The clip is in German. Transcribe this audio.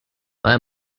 bei